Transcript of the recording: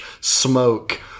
smoke